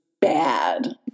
bad